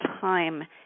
time